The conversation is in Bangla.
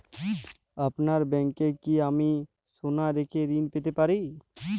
আপনার ব্যাংকে কি আমি সোনা রেখে ঋণ পেতে পারি?